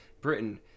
britain